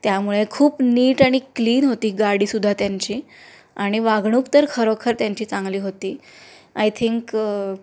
त्यामुळे खूप नीट आणि क्लीन होती गाडीसुद्धा त्यांची आणि वागणूक तर खरोखर त्यांची चांगली होती आय थिंक